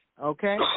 Okay